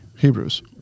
Hebrews